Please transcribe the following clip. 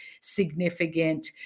significant